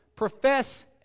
profess